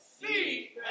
see